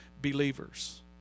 believers